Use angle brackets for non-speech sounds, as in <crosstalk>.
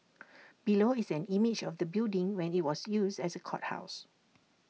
<noise> below is an image of the building when IT was used as A courthouse